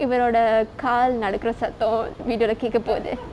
இவரோட கால் நடக்குற சத்தோ:ivaroda kaal nadakura satho video லே கேக்கப்போது:le kaekkapothu